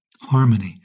harmony